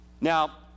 Now